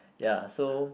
ya so